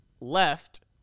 left